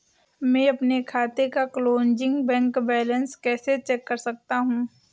मैं अपने खाते का क्लोजिंग बैंक बैलेंस कैसे चेक कर सकता हूँ?